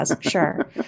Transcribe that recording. Sure